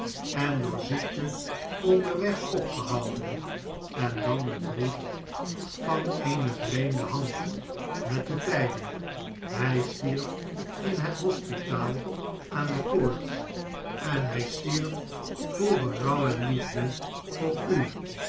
en door ziekte onderweg opgehouden en dan een brief van eene vreemde hand met de tijding hij stierf in het hospitaal aan de koorts en hi stierf vol berouw en liefde voor u